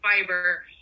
fiber